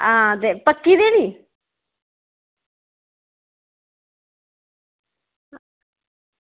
आं ते पक्की दे नी